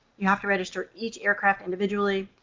you have to register each aircraft individually.